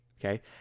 okay